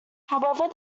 however